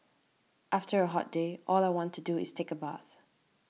after a hot day all I want to do is take a bath